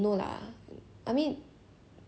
a thriller loh that kind of